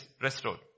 restored